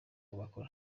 bakora